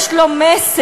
יש לו מסר,